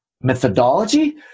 methodology